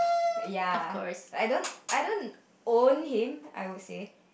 ya I don't I don't own him I would say